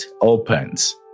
opens